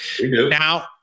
Now